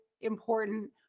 important